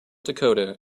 dakota